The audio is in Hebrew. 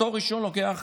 תואר ראשון לוקח